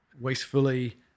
wastefully